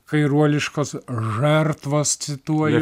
kairuoliškos žertvos cituoju